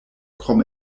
krom